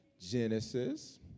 Genesis